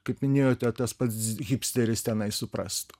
kaip minėjote tas pats hipsteris tenai suprastų